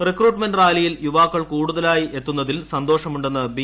recruitment റാലിയിൽ യുവാക്കൾ കൂടുതലായി എത്തുന്നതിൽ സന്തോഷമുണ്ടെന്ന് ബി